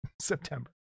September